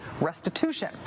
restitution